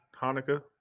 Hanukkah